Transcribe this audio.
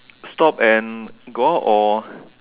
stop and go out or